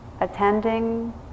attending